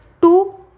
two